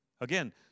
Again